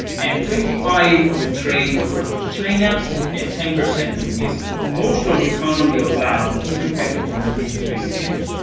and twenty five percent of the trade occurs from china and ten percent with vietnam. most of the economy of laos is dependent on these three nations.